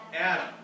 Adam